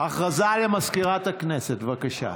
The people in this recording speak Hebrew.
הודעה למזכירת הכנסת, בבקשה.